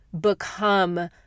become